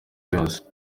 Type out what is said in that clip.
yose